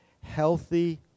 healthy